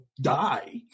die